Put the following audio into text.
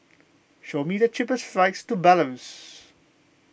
show me the cheapest flights to Belarus